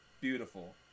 Beautiful